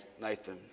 Nathan